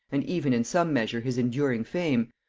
and even in some measure his enduring fame,